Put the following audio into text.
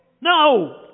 No